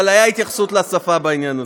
אבל הייתה התייחסות לשפה בעניין הזה.